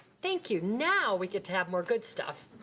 thank you, now we get to have more good stuff.